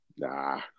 Nah